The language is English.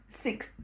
six